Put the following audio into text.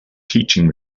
teaching